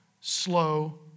slow